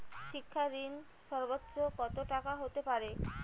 শিক্ষা ঋণ সর্বোচ্চ কত টাকার হতে পারে?